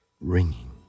ringing